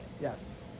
Yes